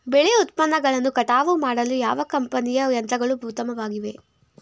ಬೆಳೆ ಉತ್ಪನ್ನಗಳನ್ನು ಕಟಾವು ಮಾಡಲು ಯಾವ ಕಂಪನಿಯ ಯಂತ್ರಗಳು ಉತ್ತಮವಾಗಿವೆ?